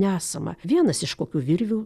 nesama vienas iš kokių virvių